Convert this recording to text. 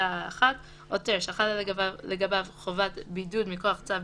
תחול תקנה